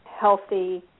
healthy